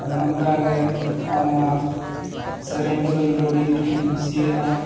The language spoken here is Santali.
ᱚᱱᱮ ᱚᱱᱠᱟ ᱜᱮ ᱦᱚᱜᱼᱚᱸᱭ ᱱᱚᱣᱟ ᱥᱮᱨᱮᱧ ᱠᱚᱫᱚ ᱤᱧ ᱫᱚ ᱟᱹᱰᱤ ᱡᱳᱨ ᱜᱤᱧ ᱠᱩᱥᱤᱭᱟᱜᱼᱟ